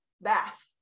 bath